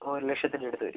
ആ ഒരു ലക്ഷത്തിൻ്റടുത്ത് വരും